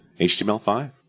HTML5